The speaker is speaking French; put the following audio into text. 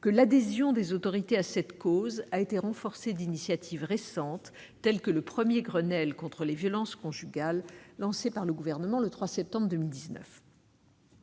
que l'adhésion des autorités à cette cause a été renforcée d'initiatives récentes, telles que le premier Grenelle contre les violences conjugales lancé par le Gouvernement le 3 septembre 2019.